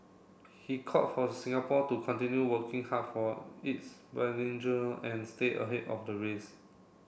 he called for Singapore to continue working hard for its and stay ahead of the race